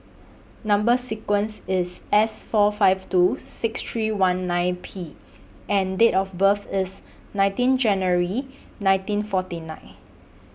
Number sequence IS S four five two six three one nine P and Date of birth IS nineteen January nineteen forty nine